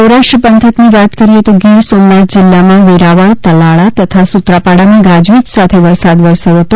સૌરાષ્ટ્ર પંથકની કરીએ તો ગીર સોમનાથ જિલ્લામાં વેરાવળ તાલાળા તથા સુત્રાપાડામાં ગાજવીજ સાથે વરસાદ થયો હતો